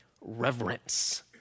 reverence